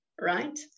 right